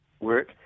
work